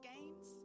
games